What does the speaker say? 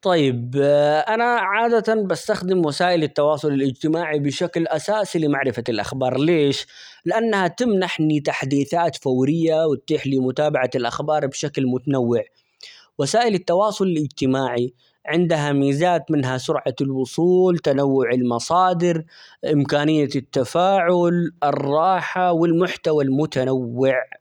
طيب أنا عادة بستخدم وسائل التواصل الإجتماعي بشكل أساسي لمعرفة الأخبار ليش؟ لأنها تمنحني تحديثات فورية ،وتتيح لي متابعة الأخبار بشكل متنوع ، وسائل التواصل الإجتماعي عندها ميزات منها سرعة الوصول، تنوع المصادر، إمكانية التفاعل ،الراحة، والمحتوى المتنوع.